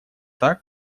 так